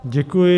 Děkuji.